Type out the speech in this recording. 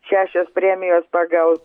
šešios premijos pagal